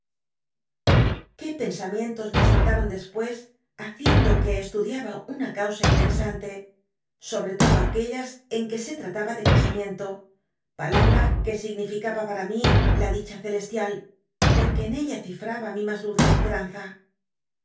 qué pensamientos me asaltaron despues haciendo que estudiaba una causa in teresante sobre todo aquellas en que se trataba de cnsamien to palabra que significaba pam mi la dicha celestial joi'que en ella cifraba mi mas dulce esperanza